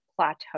plateau